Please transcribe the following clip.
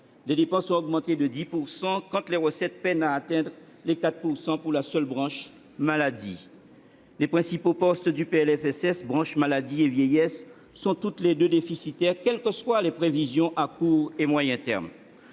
Les dépenses ont augmenté de 10 % quand les recettes peinent à atteindre les 4 % pour la seule branche maladie. Les principaux postes du PLFSS, branche maladie et vieillesse, sont tous les deux déficitaires, quelles que soient les prévisions à court et à moyen termes.